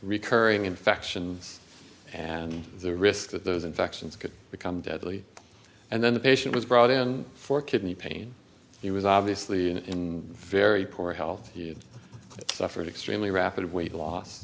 recurring infections and the risk that those infections could become deadly and then the patient was brought in for kidney pain he was obviously in very poor health he had suffered extremely rapid weight loss